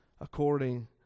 according